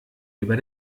über